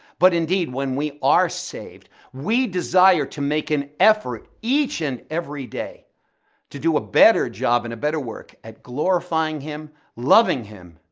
but indeed, when we are saved, we desire to make an effort each and every day to do a better job and a better work at glorifying him, loving him,